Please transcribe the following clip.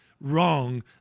wrong